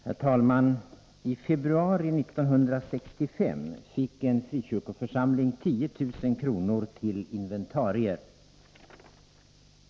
Herr talman! I februari 1965 fick en frikyrkoförsamling 10 000 kr. till inventarier.